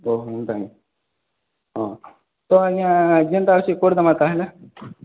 ଓହୋ ହେନ୍ତା କେଁ ହଁ ତ ଆଜ୍ଞା ଯେନ୍ତା ହଉଛେ କରିଦେମା ତାହେଲେ